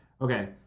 okay